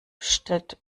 stellt